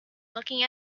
looking